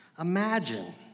imagine